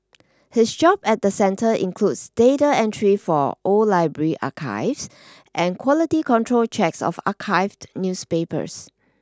his job at the centre includes data entry for old library archives and quality control checks of archived newspapers